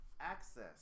access